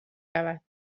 رود